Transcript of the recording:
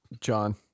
John